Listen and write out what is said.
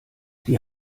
die